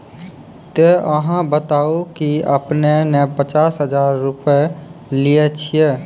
ते अहाँ बता की आपने ने पचास हजार रु लिए छिए?